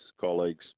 colleagues